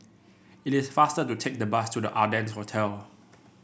it is faster to take the bus to The Ardennes Hotel